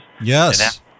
Yes